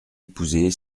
épousée